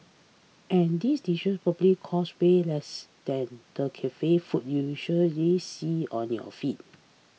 and these dishes probably cost way less than the cafe food you usually see on your feed